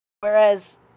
Whereas